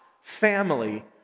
family